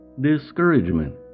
discouragement